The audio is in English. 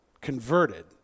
converted